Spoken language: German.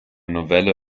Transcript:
novelle